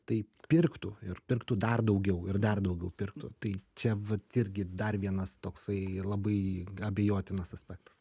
tai pirktų ir pirktų dar daugiau ir dar daugiau pirktų tai čia vat irgi dar vienas toksai labai abejotinas aspektas